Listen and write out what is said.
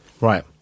right